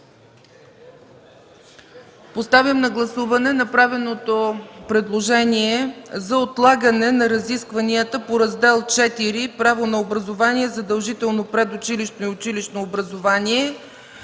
Поставям на гласуване направеното предложение за отлагане на разискванията по Раздел ІV – „Право на образование. Задължително предучилищно и училищно образование”